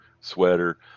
sweater